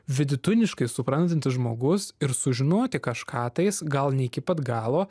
vidutiniškai suprantantis žmogus ir sužinoti kažką tais gal ne iki pat galo